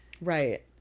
right